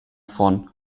von